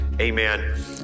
amen